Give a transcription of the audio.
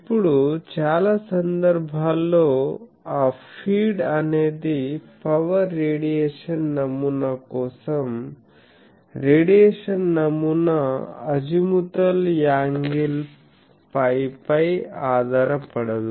ఇప్పుడు చాలా సందర్భాల్లో ఆ ఫీడ్ అనేది పవర్ రేడియేషన్ నమూనా కోసం రేడియేషన్ నమూనా అజిముతల్ యాంగిల్ φ పై ఆధారపడదు